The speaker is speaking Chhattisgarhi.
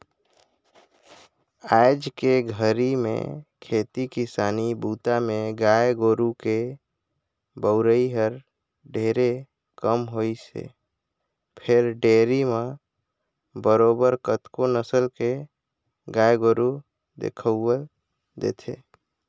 आयज के घरी में खेती किसानी बूता में गाय गोरु के बउरई हर ढेरे कम होइसे फेर डेयरी म बरोबर कतको नसल के गाय गोरु दिखउल देथे